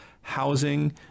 housing